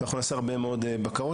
אנחנו נעשה הרבה מאוד בקרות.